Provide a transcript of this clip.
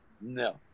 No